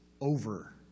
over